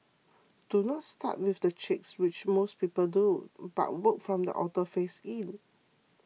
do not start with the cheeks which most people do but work from the outer face in